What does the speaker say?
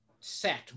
set